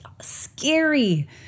scary